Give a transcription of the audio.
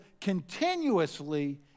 continuously